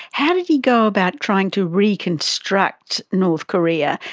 how did he go about trying to reconstruct north korea,